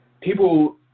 people